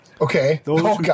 Okay